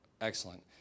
excellent